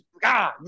God